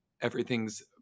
everything's